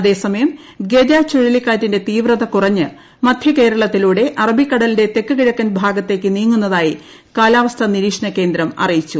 അതേസമയം ഗജ ചുഴലിക്കാറ്റിന്റെ തീവ്രത കുറഞ്ഞ് മധ്യ കേരളത്തിലൂടെ അറബിക്കടലിന്റെ തെക്കു കിഴക്കൻ ഭാഗത്തേക്ക് നീങ്ങുന്നതായി കാലാവസ്ഥാ നിരീക്ഷണ കേന്ദ്രം അറിയിച്ചു